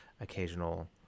occasional